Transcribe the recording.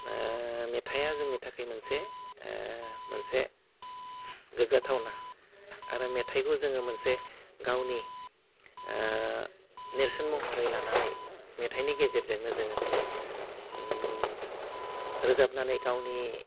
ओह मेथाइआ जोंनि थाखाय मोनसे ओह मोनसे गोग्गाथावना आरो मेथाइखौ जोङो मोनसे गावनि ओह नेर्सोन महरै लानानै मेथाइनि गेजेरजोंनो जोङो उम रोजाबनानै गावनि